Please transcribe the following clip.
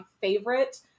favorite